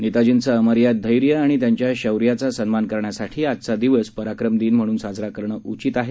नेताजींचं अमर्याद धैर्य आणि त्यांच्या शौर्याचा सन्मान करण्यासाठी आजचा दिवस पराक्रम दिन म्हणून साजरा करणं उचित आहे